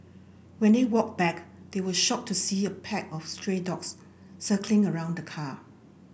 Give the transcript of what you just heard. when they walked back they were shocked to see a pack of stray dogs circling around the car